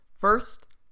First